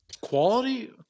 quality